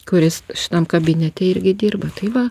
kuris šitam kabinete irgi dirba tai va